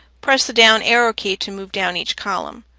press the down arrow key to move down each column.